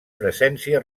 presència